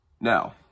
Now